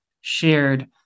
shared